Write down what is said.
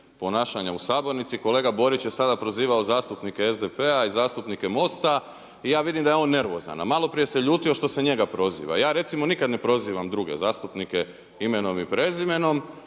u sbornici. Kolega Borić je sada prozivao zastupnike SDP-a i zastupnike MOST-a i ja vidim da je on nervozan, a malo prije se ljutio što se njega proziva. Ja recimo nikad ne prozivam druge zastupnike imenom i prezimenom,